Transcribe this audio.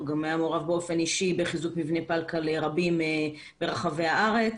הוא גם היה מעורב באופן אישי בחיזוק מבני פלקל לרבים ברחבי הארץ.